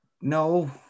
no